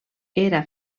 era